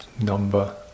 number